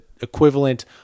equivalent